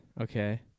Okay